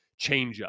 changeup